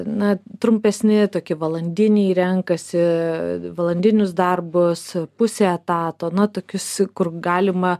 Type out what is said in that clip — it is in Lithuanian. na trumpesni tokie valandiniai renkasi valandinius darbus pusė etato na tokius kur galima